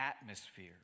atmosphere